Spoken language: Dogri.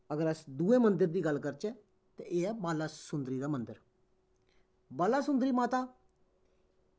अगर अस दूए मन्दर दी गल्ल करचै ते एह् ऐ बाला सुन्दरी दा मन्दर बाला सुन्दरी माता